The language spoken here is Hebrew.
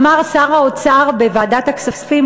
אמר שר האוצר בוועדת הכספים,